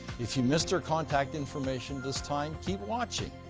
if you missed our contact information this time, keep watching.